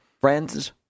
friends